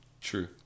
True